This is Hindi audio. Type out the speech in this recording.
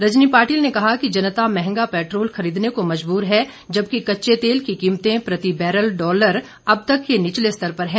रजनी पाटिल ने कहा कि जनता महंगा पेट्रोल खरीदने को मजबूर है जबकि कच्चे तेल की कीमतें प्रति बैरल डॉलर अब तक के निचले स्तर पर है